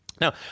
Now